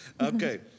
Okay